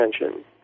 attention